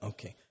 Okay